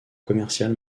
commercial